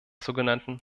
sogenannten